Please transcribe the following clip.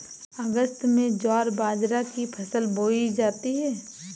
अगस्त में ज्वार बाजरा की फसल बोई जाती हैं